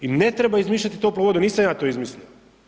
I ne treba izmišljati toplu vodu, nisam ja to izmislio.